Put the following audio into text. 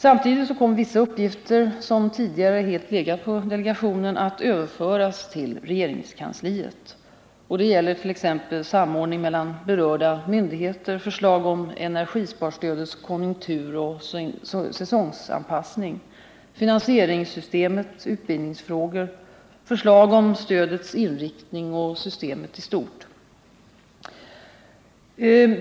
Samtidigt Energibesparande kommer vissa uppgifter, som tidigare helt legat på delegationen, att överföras åtgärder i bostadstill regeringskansliet. Det gäller t.ex. samordning mellan berörda myndighus, m.m. heter, förslag om energisparstödets konjunkturoch säsonganpassning, finansieringssystem, utbildningsfrågor, förslag om stödets inriktning och systemet i stort.